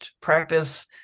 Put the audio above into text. practice